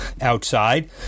outside